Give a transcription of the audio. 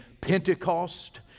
pentecost